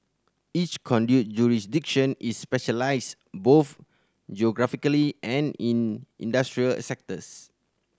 each conduit jurisdiction is specialised both geographically and in industrial sectors